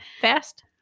fast